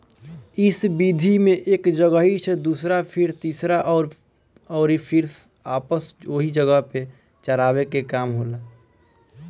इ विधि में एक जगही से दूसरा फिर तीसरा अउरी फिर वापस ओही जगह पे चरावे के काम होला